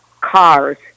cars